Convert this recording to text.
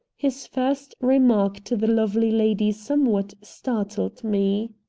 his first remark to the lovely lady somewhat startled me.